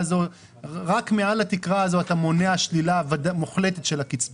רק מעל התקרה הזו אתה מונע שלילה מוחלטת של הקצבה?